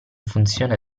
funzione